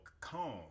calm